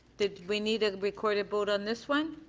did we need a recorded vote on this one?